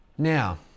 Now